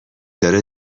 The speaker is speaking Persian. داره